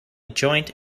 joint